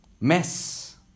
mess